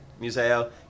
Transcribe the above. Museo